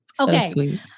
Okay